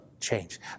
change